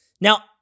Now